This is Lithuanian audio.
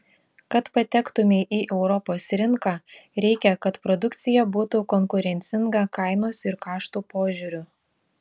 kad patektumei į europos rinką reikia kad produkcija būtų konkurencinga kainos ir kaštų požiūriu